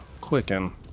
quicken